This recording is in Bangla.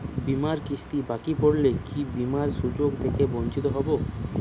বিমার কিস্তি বাকি পড়লে কি বিমার সুযোগ থেকে বঞ্চিত হবো?